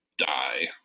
die